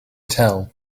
tell